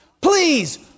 please